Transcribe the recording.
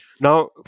Now